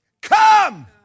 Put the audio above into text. Come